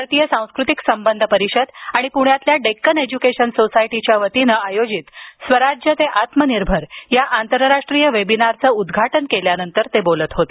भारतीय सांस्कृतिक संबंध परिषद आणि पृण्यातील डेक्कन एज्युकेशन सोसायटी यांच्या संयुक्त विद्यमाने आयोजित स्वराज्य ते आत्मनिर्भर या अंतरराष्ट्रीय वेबिनारचं उद्घाटन केल्यानंतर ते बोलत होते